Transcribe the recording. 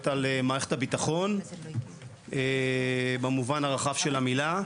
על מערכת הביטחון במובן הרחב של המילה.